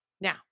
now